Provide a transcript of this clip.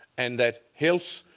and that health,